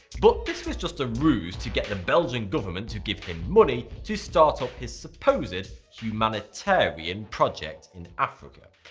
but this was just a ruse to get the belgian government to give him money to startup his supposed humanitarian project in africa.